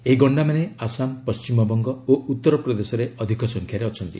ଏହି ଗଣ୍ଡାମାନେ ଆସାମ ପଶ୍ଚିମବଙ୍ଗ ଓ ଉତ୍ତରପ୍ରଦେଶରେ ଅଧିକ ସଂଖ୍ୟାରେ ରହିଛନ୍ତି